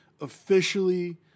officially